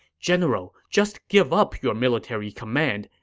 general, just give up your military command,